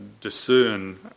discern